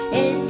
el